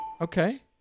Okay